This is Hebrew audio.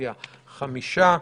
הרביזיה חמישה.